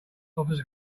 offers